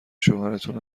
شوهرتون